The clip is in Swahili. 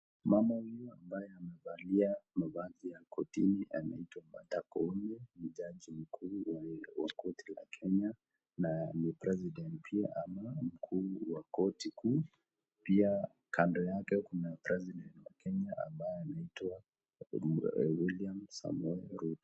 Mama huyu ambaye amevalia mavazi ya kortini anaitwa Martha Koome, ni jaji mkuu wa korti la Kenya na ni president mkuu wa korti kuu pia kando yake kuna president wa Kenya ambaye ana itwa William Samoei Ruto.